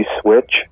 switch